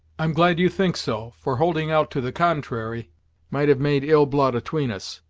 i'm glad you think so, for holding out to the contrary might have made ill blood atween us,